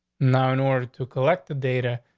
now, in order to collect the data,